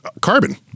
carbon